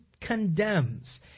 condemns